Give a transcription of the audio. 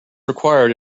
required